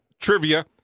trivia